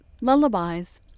lullabies